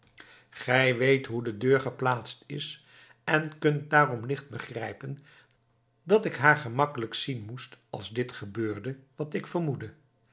gij weet hoe de deur geplaatst is en kunt daarom licht begrijpen dat ik haar gemakkelijk zien moest als dit gebeurde wat ik vermoedde